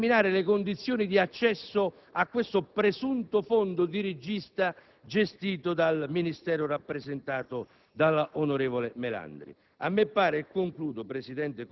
provvedimento, nel determinare le condizioni di accesso a questo presunto fondo dirigista gestito dal Ministero rappresentato